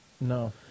No